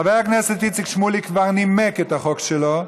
חבר הכנסת איציק שמולי כבר נימק את החוק שלו,